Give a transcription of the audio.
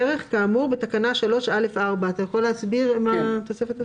דרך כאמור בתקנה 3(א)(4)." אתה יכול להסביר מה התוספת הזאת?